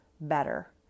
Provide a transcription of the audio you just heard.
better